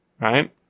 right